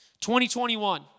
2021